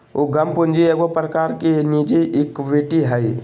उद्यम पूंजी एगो प्रकार की निजी इक्विटी हइ